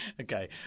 Okay